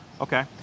okay